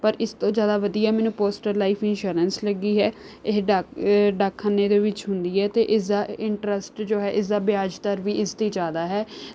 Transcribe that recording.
ਪਰ ਇਸ ਤੋਂ ਜ਼ਿਆਦਾ ਵਧੀਆ ਮੈਨੂੰ ਪੋਸਟਲ ਲਾਈਫ ਇੰਸ਼ੋਰੈਂਸ ਲੱਗੀ ਹੈ ਇਹ ਡਾਕ ਡਾਕਖਾਨੇ ਦੇ ਵਿੱਚ ਹੁੰਦੀ ਹੈ ਅਤੇ ਇਸਦਾ ਇੰਟਰਸਟ ਜੋ ਹੈ ਇਸਦਾ ਵਿਆਜ ਦਰ ਵੀ ਇਸਦੀ ਜ਼ਿਆਦਾ ਹੈ